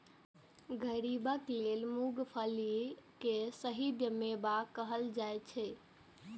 गरीबक लेल मूंगफली कें सर्दीक मेवा कहल जाइ छै